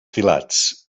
filats